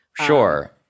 Sure